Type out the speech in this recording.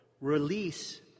release